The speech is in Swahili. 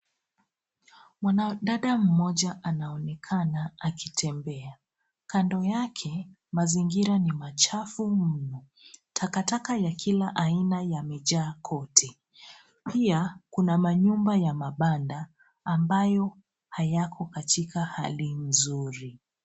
Mwanadada mmoja anaonekana akitembea. Kando yake mazingira ni machafu mno. Takataka ya kila aina, yamejaa kote. Pia kuna manyumba ya mabanda ambayo hayakuajika hali nzuri.